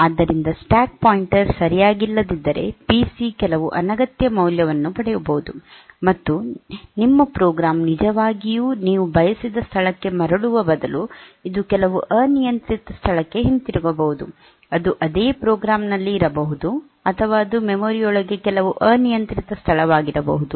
ಆದ್ದರಿಂದ stack pointer ಸರಿಯಾಗಿಲ್ಲದಿದ್ದರೆ PC ಕೆಲವು ಅನಗತ್ಯ ಮೌಲ್ಯವನ್ನು ಪಡೆಯಬಹುದು ಮತ್ತು ನಿಮ್ಮ ಪ್ರೋಗ್ರಾಂ ನಿಜವಾಗಿಯೂ ನೀವು ಬಯಸಿದ ಸ್ಥಳಕ್ಕೆ ಮರಳುವ ಬದಲು ಇದು ಕೆಲವು ಅನಿಯಂತ್ರಿತ ಸ್ಥಳಕ್ಕೆ ಹಿಂತಿರುಗಬಹುದು ಅದು ಅದೇ ಪ್ರೋಗ್ರಾಂನಲ್ಲಿ ಇರಬಹುದು ಅಥವಾ ಅದು ಮೆಮೊರಿ ಯೊಳಗೆ ಕೆಲವು ಅನಿಯಂತ್ರಿತ ಸ್ಥಳವಾಗಿರಬಹುದು